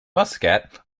muscat